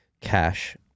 cash